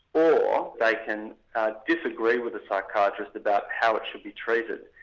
or they can ah disagree with the psychiatrist about how it should be treated,